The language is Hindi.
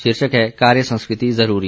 शीर्षक है कार्य संस्कृति जरूरी